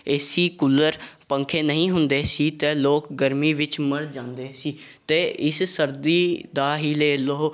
ਏ C cooler ਪੱਖੇ ਨਹੀਂ ਹੁੰਦੇ ਸੀ ਅਤੇ ਲੋਕ ਗਰਮੀ ਵਿੱਚ ਮਰ ਜਾਂਦੇ ਸੀ ਅਤੇ ਇਸ ਸਰਦੀ ਦਾ ਹੀ ਲੈ ਲਓ